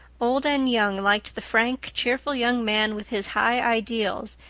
old and young liked the frank, cheerful young man with his high ideals,